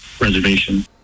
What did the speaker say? Reservation